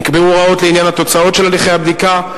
נקבעו הוראות לעניין התוצאות של הליכי הבדיקה,